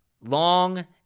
long